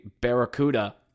Barracuda